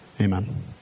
Amen